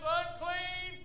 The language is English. unclean